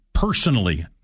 Personally